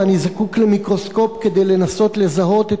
ואני זקוק למיקרוסקופ כדי לנסות לזהות את